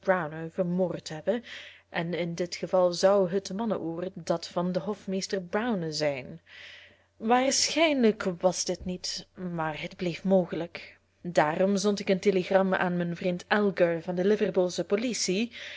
vermoord hebben en in dit geval zou het mannenoor dat van den hofmeester browner zijn waarschijnlijk was dit niet maar het bleef mogelijk daarom zond ik een telegram aan mijn vriend algar van de liverpoolsche politie